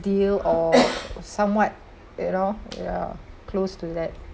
deal or somewhat you know ya close to that